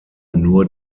nur